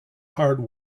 hard